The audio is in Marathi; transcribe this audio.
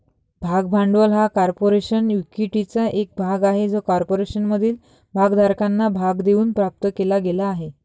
भाग भांडवल हा कॉर्पोरेशन इक्विटीचा एक भाग आहे जो कॉर्पोरेशनमधील भागधारकांना भाग देऊन प्राप्त केला गेला आहे